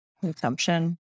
consumption